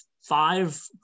five